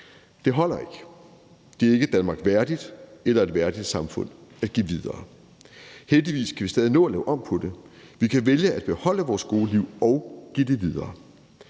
Det holder ikke. Det er ikke Danmark værdigt eller et værdigt samfund at give videre. Heldigvis kan vi stadig nå at lave om på det. Vi kan vælge at beholde vores gode liv og give det videre,